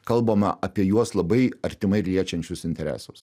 kalbama apie juos labai artimai liečiančius interesus